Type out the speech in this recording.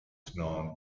known